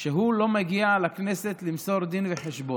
שהוא לא מגיע לכנסת למסור דין וחשבון.